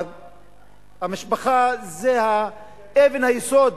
המשפחה זה אבן היסוד